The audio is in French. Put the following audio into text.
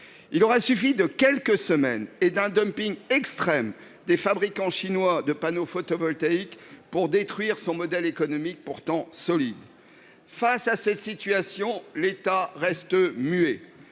Il aura suffi de quelques semaines et d’un dumping extrême des fabricants chinois de panneaux photovoltaïques pour détruire son modèle économique, pourtant solide. Face à cette situation, l’État reste muet.